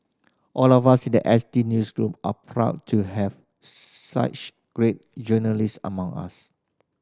all of us in the S T newsroom are proud to have such great journalists among us